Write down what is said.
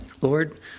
Lord